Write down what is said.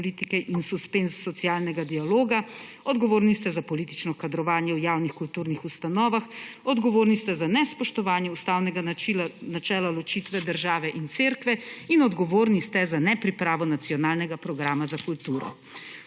in suspenz socialnega dialoga, odgovorni ste za politično kadrovanje v javnih kulturnih ustanovah, odgovorni ste za nespoštovanje ustavnega načela ločitve države in Cerkve in odgovorni ste za nepripravo nacionalnega programa za kulturo.